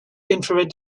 infrared